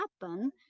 happen